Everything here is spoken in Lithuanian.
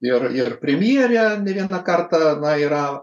ir ir premjerė ne vieną kartą na yra